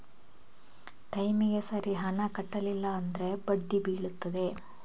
ಟೈಮಿಗೆ ಸರಿ ಹಣ ಕಟ್ಟಲಿಲ್ಲ ಅಂದ್ರೆ ಎಂಥ ಆಗುತ್ತೆ?